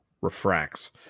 Refracts